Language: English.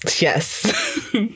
Yes